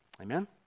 Amen